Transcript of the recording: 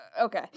Okay